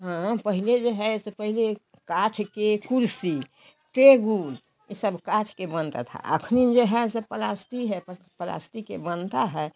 हाँ पहले जो है ऐसे पहले काठ के कुर्सी पेगुर ये सब काठ के बनता था अखनी ये है जैसे पलास्टिक है पलास्टिक के बनता है